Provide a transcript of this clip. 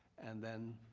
and then